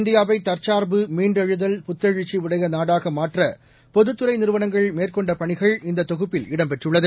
இந்தியாவை தற்சார்பு மீண்டெழுதல் புத்தெழுச்சி உடைய நாடாக மாற்ற பொதுத்துறை நிறுவனங்கள் மேற்கொண்ட பணிகள் இந்தத் தொகுப்பில் இடம்பெற்றுள்ளது